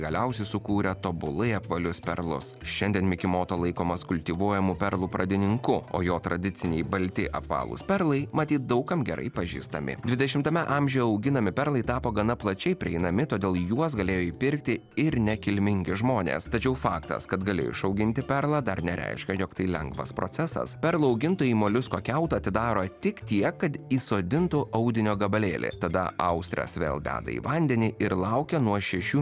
galiausiai sukūrė tobulai apvalius perlus šiandien mikimoto laikomas kultivuojamų perlų pradininku o jo tradiciniai balti apvalūs perlai matyt daug kam gerai pažįstami dvidešimtame amžiuje auginami perlai tapo gana plačiai prieinami todėl juos galėjo įpirkti ir nekilmingi žmonės tačiau faktas kad gali išauginti perlą dar nereiškia jog tai lengvas procesas perlų augintojai moliusko kiautą atidaro tik tiek kad įsodintų audinio gabalėlį tada austres vėl deda į vandenį ir laukia nuo šešių